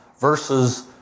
versus